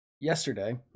yesterday